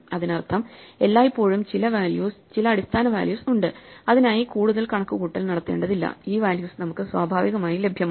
അതിനർത്ഥം എല്ലായ്പ്പോഴും ചില വാല്യൂസ് ചില അടിസ്ഥാന വാല്യൂസ് ഉണ്ട് ഇതിനായി കൂടുതൽ കണക്കുകൂട്ടൽ നടത്തേണ്ടതില്ല ഈ വാല്യൂസ് നമുക്ക് സ്വാഭാവികമായി ലഭ്യമാണ്